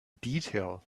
detail